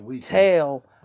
tell